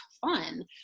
fun